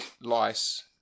Lice